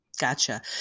Gotcha